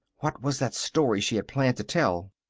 what was that story she had planned to tell?